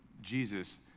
Jesus